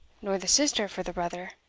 nor the sister for the brother